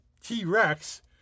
T-Rex